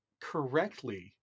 correctly